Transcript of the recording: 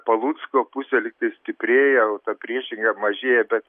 palucko pusė lygtai stiprėja o ta priešingai mažėja bet